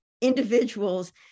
individuals